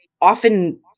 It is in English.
often